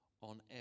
on